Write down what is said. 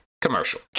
commercial